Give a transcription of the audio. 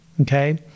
okay